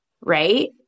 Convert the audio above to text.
Right